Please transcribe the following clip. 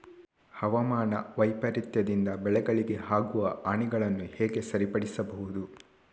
ಹವಾಮಾನ ವೈಪರೀತ್ಯದಿಂದ ಬೆಳೆಗಳಿಗೆ ಆಗುವ ಹಾನಿಗಳನ್ನು ಹೇಗೆ ಸರಿಪಡಿಸಬಹುದು?